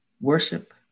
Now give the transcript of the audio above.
worship